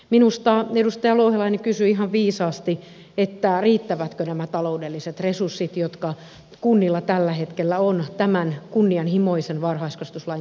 minusta edustaja louhelainen kysyi ihan viisaasti riittävätkö nämä taloudelliset resurssit jotka kunnilla tällä hetkellä ovat tämän kunnianhimoisen varhaiskasvatuslain toteuttamiseen